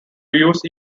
use